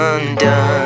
Undone